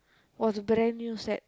was brand new set